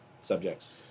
subjects